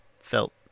felt